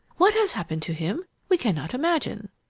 what has happened to him, we cannot imagine,